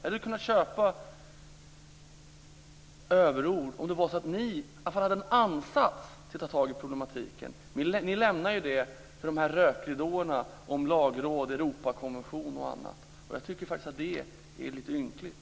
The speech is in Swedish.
Jag hade kunnat köpa att det var överord om ni åtminstone hade haft en ansats till att ta tag i problematiken. Ni lämnar ju det för rökridåerna om Lagrådet, Europakonvention och annat. Jag tycker att det är lite ynkligt.